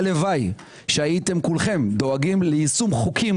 הלוואי שהייתם כולכם דואגים ליישום חוקים